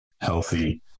healthy